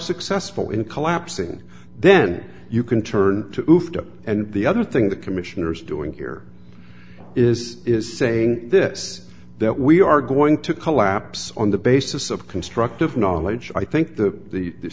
successful in collapsing then you can turn to move to and the other thing the commissioner is doing here is is saying this that we are going to collapse on the basis of constructive knowledge i think the the